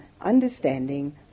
understanding